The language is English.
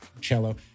cello